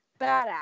badass